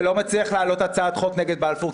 שלא מצליח להעלות הצעת חוק נגד בלפור,